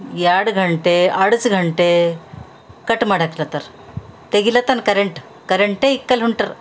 ಎರ್ಡ್ ಗಂಟೆ ಅರ್ಧ್ ಗಂಟೆ ಕಟ್ ಮಾಡಾಕ್ತಿರ್ತಾರೆ ತೆಗಿಲತ್ತಾನ ಕರೆಂಟ್ ಕರೆಂಟೆ ಇಕ್ಕಲ್ಲ ಹೊಂಟ್ರು